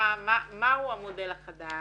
מהו המודל החדש?